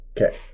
Okay